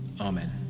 Amen